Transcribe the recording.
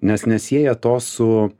nes nesieja to su